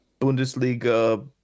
Bundesliga